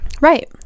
Right